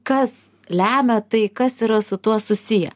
kas lemia tai kas yra su tuo susiję